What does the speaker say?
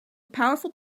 powerful